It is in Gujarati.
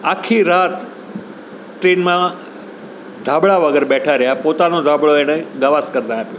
આખી રાત ટ્રેનમાં ધાબળા વગર બેઠા રહ્યા પોતાનો ધાબળો એણે ગાવસ્કરને આપ્યો